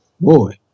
boy